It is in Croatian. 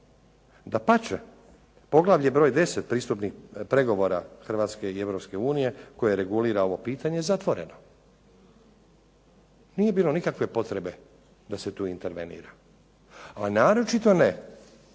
Dapače, poglavlje broj 10 pristupnih pregovora Hrvatske i Europske unije, koje regulira ovo pitanje, je zatvoreno. Nije bilo nikakve potrebe da se tu intervenira. A naročito ne